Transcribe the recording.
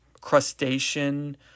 crustacean